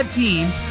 teams